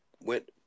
went